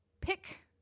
pick